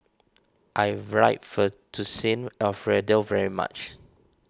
I would like Fettuccine Alfredo very much